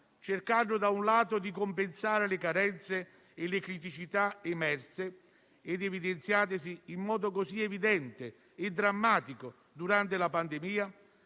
cercando - da un lato - di compensare le carenze e le criticità emerse ed evidenziatesi in modo così eclatante e drammatico durante la pandemia